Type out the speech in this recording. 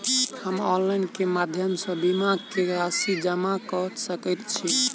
हम ऑनलाइन केँ माध्यम सँ बीमा केँ राशि जमा कऽ सकैत छी?